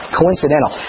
coincidental